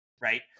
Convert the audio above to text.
right